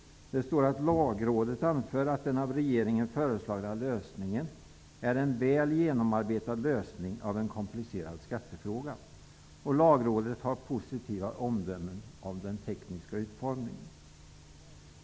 Där framgår att Lagrådet anför att den av regeringen föreslagna lösningen är en väl genomarbetad lösning av en komplicerad skattefråga. Lagrådet har positiva omdömen om den tekniska utformningen.